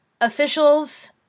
officials